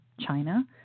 China